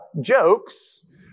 jokes